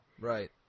Right